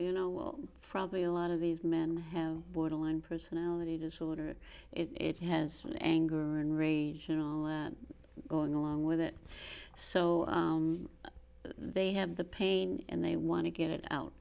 you know well probably a lot of these men have borderline personality disorder it has anger and rage and all that going along with it so they have the pain and they want to get it out